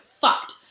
fucked